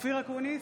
אופיר אקוניס,